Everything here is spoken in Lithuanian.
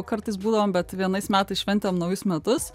kartais būdavom bet vienais metais šventėm naujus metus